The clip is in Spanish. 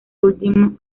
último